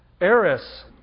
Eris